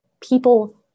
people